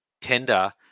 tender